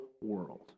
world